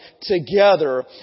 together